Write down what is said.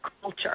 culture